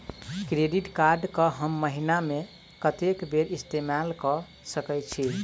Credit card कऽ हम महीना मे कत्तेक बेर इस्तेमाल कऽ सकय छी?